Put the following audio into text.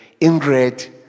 Ingrid